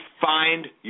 find